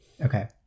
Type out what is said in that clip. Okay